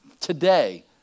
today